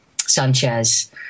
Sanchez